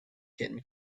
tin